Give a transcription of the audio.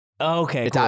Okay